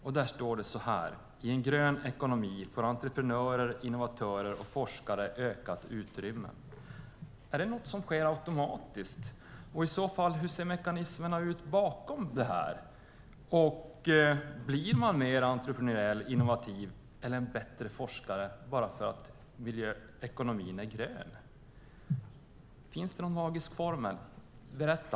Där står det så här: "I en grön ekonomi får entreprenörer, innovatörer och forskare ökat utrymme." Är det något som sker automatiskt? Och hur ser i så fall mekanismerna bakom detta ut? Blir man mer entreprenöriell, innovativ eller en bättre forskare bara för att ekonomin är grön? Finns det någon magisk formel? Berätta!